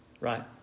Right